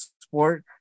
sport